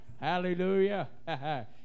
Hallelujah